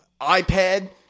iPad